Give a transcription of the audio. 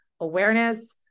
awareness